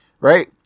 Right